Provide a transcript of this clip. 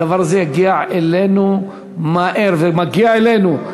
הדבר הזה יגיע אלינו מהר ומגיע אלינו.